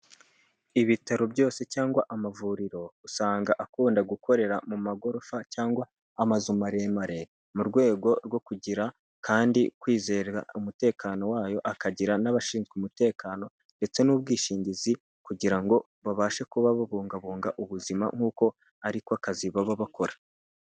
Ibitaro byose cyangwa amavuriro usanga akunda gukorera mu magorofa cyangwa amazu maremare, mu rwego rwo kugira kandi kwizera umutekano wayo akagira n'abashinzwe umutekano ndetse n'ubwishingizi, kugira ngo babashe kuba babungabunga ubuzima nk'uko ari ko kazi baba bakora.